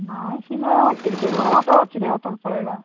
ନାଇଁ cinema hall ଠିକି ଯିବ ଅଟୋ ଅଛିରେ ଅଟୋରେ ପଳେଇବା